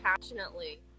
passionately